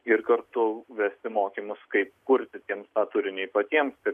ir kartu vesti mokymus kaip kurti tiems tą turinį patiems kad